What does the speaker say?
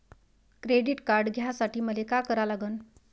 Credit card घ्यासाठी मले का करा लागन?